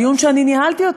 בדיון שניהלתי.